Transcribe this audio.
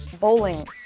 bowling